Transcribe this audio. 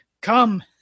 Come